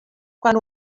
quan